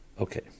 Okay